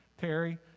Terry